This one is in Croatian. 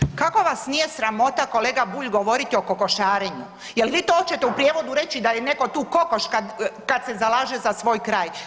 Kako vas nije sramota kolega Bulj govoriti o kokošarenju, jel vi to oćete u prijevodu reći da je netko tu kokoš kad se, kad se zalaže za svoj kraj.